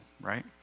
right